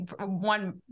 one